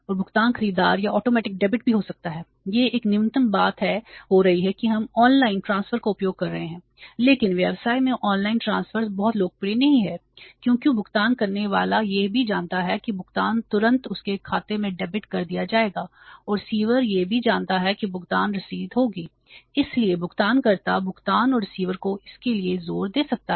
और भुगतान खरीदार या ऑटोमेटिक डेबिट भुगतान और रिसीवर को इसके लिए जोर दे सकता है